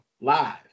live